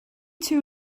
two